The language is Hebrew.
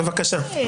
בבקשה.